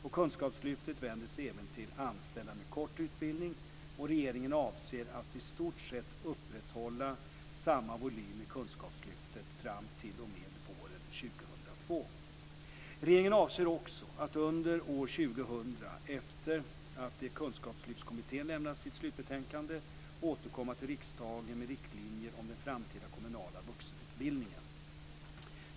Kunskapslyftet vänder sig även till anställda med kort utbildning. Regeringen avser att i stort sett upprätthålla samma volym i Kunskapslyftet Regeringen avser också att under år 2000, efter det att Kunskapslyftskommittén lämnat sitt slutbetänkande, återkomma till riksdagen med riktlinjer om den framtida kommunala vuxenutbildningen.